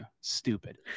stupid